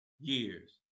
years